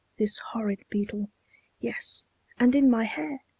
this horrid beetle yes and in my hair!